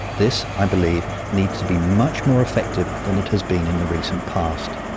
this, i believe, needs to be much more effective than it has been in the recent past.